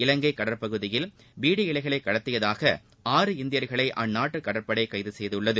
இலங்கை கடற்பகுதியில் பீடி இலைகளை கடத்தியதாக ஆறு இந்தியர்களை அந்நாட்டு கடற்படை கைது செய்துள்ளது